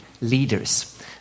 leaders